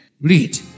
read